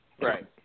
Right